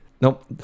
nope